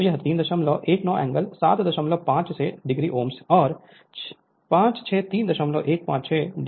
तो यह 319 angle 756 o ohms और 5 6 3156o o है तो यह एंगल और ओम्स है